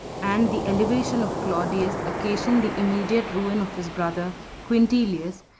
and the elevation of claudius occasioned the immediate ruin of his brother quintilius,